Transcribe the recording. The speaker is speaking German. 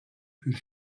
für